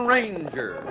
Ranger